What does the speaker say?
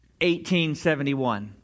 1871